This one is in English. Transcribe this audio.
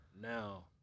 Now